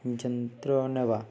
ଯତ୍ନ ନେବା